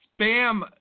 spam